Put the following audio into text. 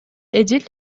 эдил